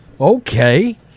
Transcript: Okay